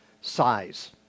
size